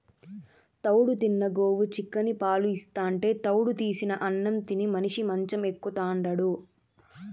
తౌడు తిన్న గోవు చిక్కని పాలు ఇస్తాంటే తౌడు తీసిన అన్నం తిని మనిషి మంచం ఎక్కుతాండాడు